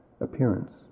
appearance